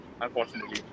unfortunately